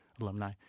alumni